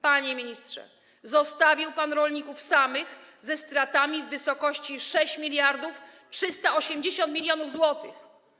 Panie ministrze, zostawił pan rolników samych, ze stratami w wysokości 6380 mln zł.